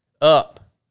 up